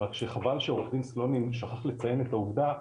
רק חבל שעורך דין סלונים שכח לציין את העובדה,